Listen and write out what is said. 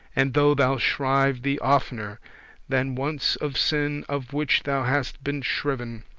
and though thou shrive thee oftener than once of sin of which thou hast been shriven,